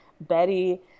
betty